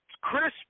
Chris